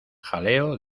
jaleo